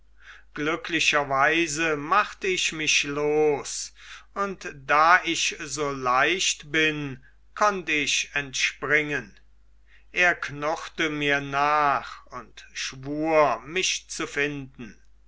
glücklicherweise macht ich mich los und da ich so leicht bin konnt ich entspringen er knurrte mir nach und schwur mich zu finden